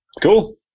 Cool